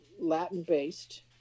Latin-based